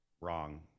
wrong